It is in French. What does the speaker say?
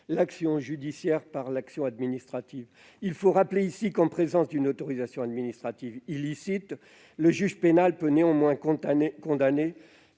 l'action judiciaire par l'action administrative. Il faut rappeler qu'en présence d'une autorisation administrative illicite le juge pénal peut néanmoins condamner.